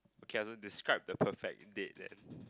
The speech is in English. okay lah describe the perfect date then